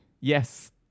Yes